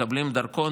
מקבלים דרכון,